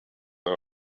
our